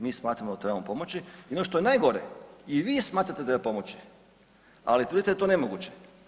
Mi smatramo da trebamo pomoći i ono što je najgore, i smatrate da treba pomoći ali tvrdite da je to nemoguće.